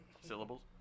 Syllables